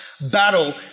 battle